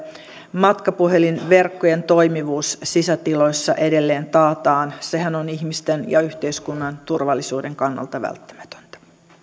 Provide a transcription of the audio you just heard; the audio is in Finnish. matkapuhelinverkkojen toimivuus sisätiloissa edelleen taataan sehän on ihmisten ja yhteiskunnan turvallisuuden kannalta välttämätöntä arvoisa